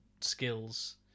skills